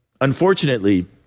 unfortunately